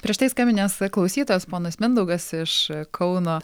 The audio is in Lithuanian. prieš tai skambinęs klausytojas ponas mindaugas iš kauno